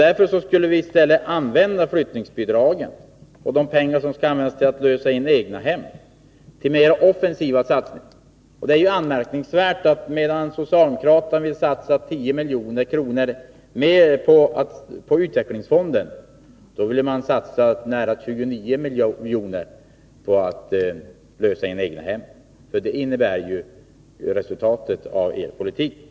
Därför skulle vi i stället använda flyttningsbidragen och de pengar som skall gå till att lösa in egnahem till mera offensiva satsningar. Det är anmärkningsvärt att medan socialdemokraterna vill satsa 10 milj.kr. mer på utvecklingsfonden vill man satsa nära 29 miljoner på att lösa in egnahem. Det är ju resultatet av er politik.